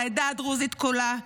לעדה הדרוזית כולה.